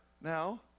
Now